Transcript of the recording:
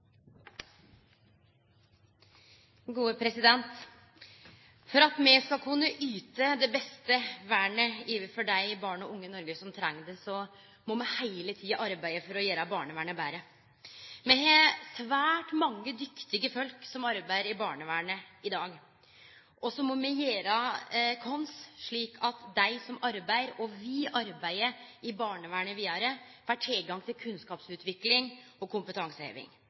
barn og unge i Noreg som treng det, må me heile tida arbeide for å gjere barnevernet betre. Det er svært mange dyktige folk som arbeider i barnevernet i dag, og me må gjere vårt slik at alle dei som arbeider og vil arbeide i barnevernet vidare, får tilgang til kunnskapsutvikling og kompetanseheving.